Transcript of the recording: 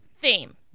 theme